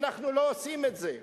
ואנחנו לא עושים את זה.